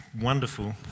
wonderful